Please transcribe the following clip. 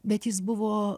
bet jis buvo